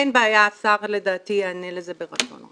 אין בעיה, לדעתי השר ייענה לזה ברצון.